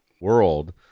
world